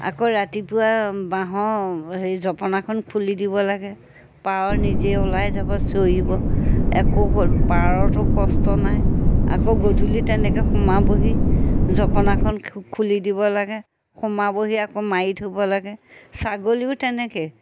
আকৌ ৰাতিপুৱা বাঁহৰ হেৰি জপনাখন খুলি দিব লাগে পাৰ নিজে ওলাই যাব চৰিব একো পাৰটো কষ্ট নাই আকৌ গধূলি তেনেকৈ সোমাবহি জপনাখন খুলি দিব লাগে সোমাবহি আকৌ মাৰি থব লাগে ছাগলীও তেনেকৈয়ে